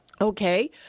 Okay